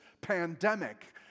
pandemic